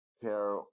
care